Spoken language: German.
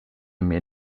mir